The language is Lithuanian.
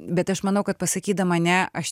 bet aš manau kad pasakydama ne aš